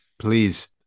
please